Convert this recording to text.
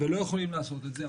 ולא יכולים לעשות את זה,